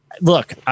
look